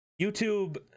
youtube